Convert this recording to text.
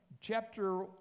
Chapter